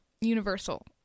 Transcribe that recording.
Universal